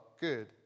good